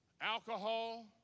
alcohol